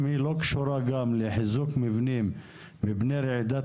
אם היא לא קשורה גם לחיזוק מבנים מפני רעידת